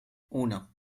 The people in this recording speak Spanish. uno